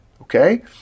okay